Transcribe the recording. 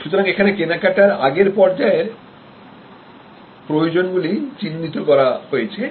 সুতরাং এখানে কেনাকাটার আগের পর্যায়ের প্রয়োজনগুলো চিহ্নিত করা হয়েছে